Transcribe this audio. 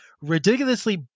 ridiculously